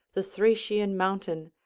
the thracian mountain,